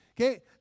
Okay